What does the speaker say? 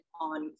on